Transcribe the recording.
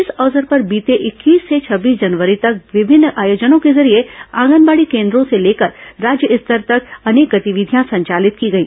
इस अवसर पर बीते इक्कीस से छब्बीस जनवरी तक विभिन्न आयोजनों के जरिए आंगनबाड़ी केन्द्रों से लेकर राज्य स्तर तक अनेक गतिविधियां संचालित की गई